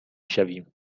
شویم